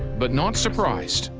but not surprised.